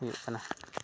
ᱦᱩᱭᱩᱜ ᱠᱟᱱᱟ